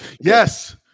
Yes